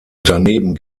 daneben